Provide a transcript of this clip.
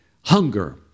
hunger